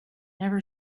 never